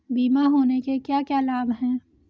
बीमा होने के क्या क्या लाभ हैं?